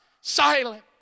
silent